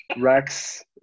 Rex